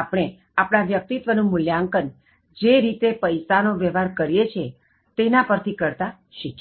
આપણે આપણા વ્યક્તિત્ત્વ નું મૂલ્યાંકન જે રીતે પૈસાનો વ્યવહાર કરીએ છીએ તેના પર થી કરતા શીખ્યા